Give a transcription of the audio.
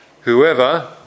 Whoever